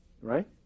right